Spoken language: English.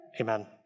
Amen